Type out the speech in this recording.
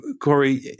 Corey